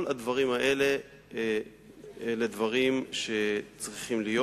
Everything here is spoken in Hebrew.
כל הדברים האלה הם דברים שצריכים להיות.